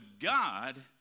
God